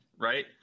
right